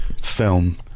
film